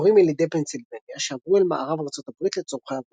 להורים ילידי פנסילבניה שעברו אל מערב ארצות הברית לצורכי עבודה.